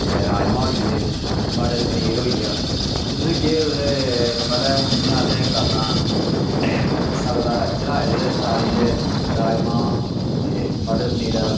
ते राजमां होई गे मटर पनीर होई गेआ ते ओह्दे केह् मतलबै हून जियां असें इक अपना सगला चढ़ाए दे दाली ते राजमां ते मटर पनीरा दा